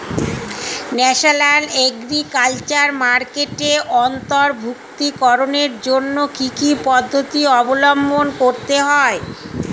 National agriculture মার্কেটে অন্তর্ভুক্তিকরণের জন্য কি কি পদ্ধতি অবলম্বন করতে হয়?